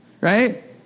right